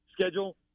schedule